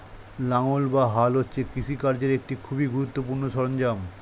লাঙ্গল বা হাল হচ্ছে কৃষিকার্যের একটি খুবই গুরুত্বপূর্ণ সরঞ্জাম